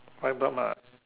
my blood mah